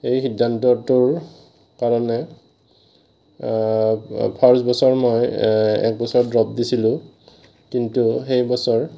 সেই সিদ্ধান্তটোৰ কাৰণে ফাৰ্ষ্ট বছৰ মই এবছৰ ড্ৰপ দিছিলোঁ কিন্তু সেই বছৰ